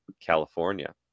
california